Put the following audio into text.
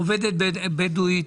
עובדת בדואית.